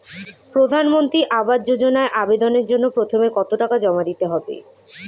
প্রধানমন্ত্রী আবাস যোজনায় আবেদনের জন্য প্রথমে কত টাকা জমা দিতে হবে?